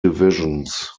divisions